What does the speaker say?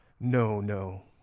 no, no,